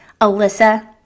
Alyssa